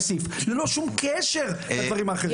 ללא שום קשר לדברים האחרים.